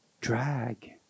drag